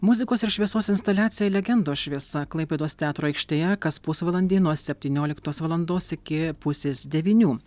muzikos ir šviesos instaliacija legendos šviesa klaipėdos teatro aikštėje kas pusvalandį nuo septynioliktos valandos iki pusės devynių